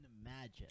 imagine